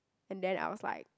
and then I was like